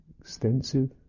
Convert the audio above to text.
extensive